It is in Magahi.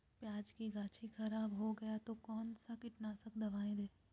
प्याज की गाछी खराब हो गया तो कौन सा कीटनाशक दवाएं दे?